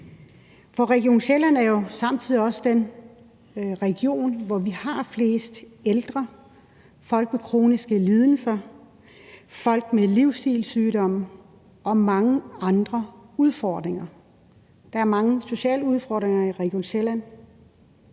Region Sjælland er jo samtidig også den region, hvor vi har flest ældre, folk med kroniske lidelser, folk med livsstilssygdomme og mange andre udfordringer. Der er mange sociale udfordringer i Region Sjælland,